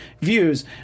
views